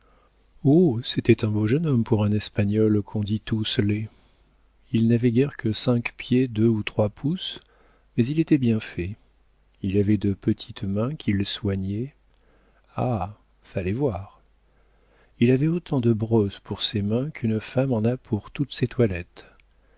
c'était un beau jeune homme pour un espagnol qu'on dit tous laids il n'avait guère que cinq pieds deux ou trois pouces mais il était bien fait il avait de petites mains qu'il soignait ah fallait voir il avait autant de brosses pour ses mains qu'une femme en a pour toutes ses toilettes